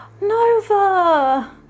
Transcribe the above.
Nova